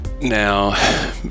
Now